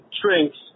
shrinks